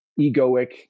egoic